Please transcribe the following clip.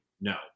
No